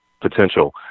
potential